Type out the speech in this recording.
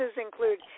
include